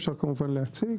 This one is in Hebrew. אפשר להציג.